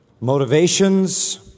motivations